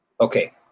Okay